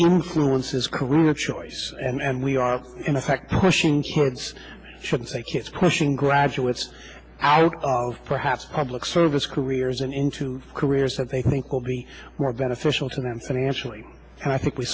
influences career choice and we are in effect pushing chads should say kids pushing graduates out of perhaps public service careers and into careers that they think will be more beneficial to them financially and i think we